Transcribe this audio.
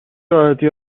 راحتی